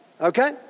Okay